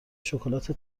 شکلات